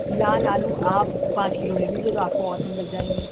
لال آلو آپ پانچ کلو لے لیجیے گا آپ کو اور کم لگ جائیں گے